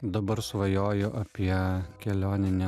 dabar svajoju apie kelioninį